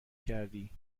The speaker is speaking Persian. کردی